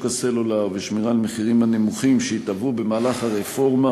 הסלולר ולשמירה על המחירים הנמוכים שהתהוו במהלך הרפורמה